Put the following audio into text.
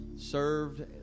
served